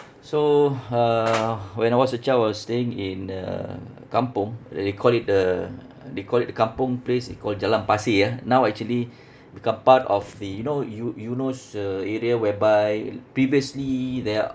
so uh when I was a child I was staying in a kampung they they call it the they call it the kampung place they call jalan pasir ah now actually become part of the you know eu~ eunos uh area whereby previously there are